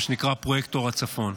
מה שנקרא "פרויקטור הצפון".